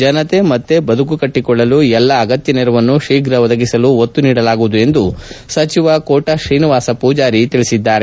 ಜನತೆ ಮತ್ತೆ ಬದುಕು ಕಟ್ಟಕೊಳ್ಳಲು ಎಲ್ಲಾ ಅಗತ್ಯ ನೆರವನ್ನು ಶೀಘ ಬದಗಿಸಲು ಒತ್ತು ನೀಡಲಾಗುವುದು ಎಂದು ಸಚಿವ ಕೋಟಾ ಶ್ರೀನಿವಾಸ ಪೂಜಾರಿ ಹೇಳಿದ್ದಾರೆ